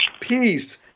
peace